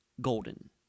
golden